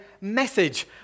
message